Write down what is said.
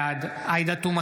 בעד עאידה תומא